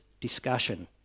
discussion